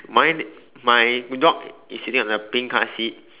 mine my dog is sitting on the pink colour seat